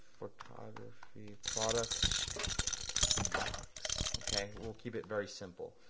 photography product box. okay we'll keep it very simple.